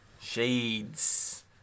Shades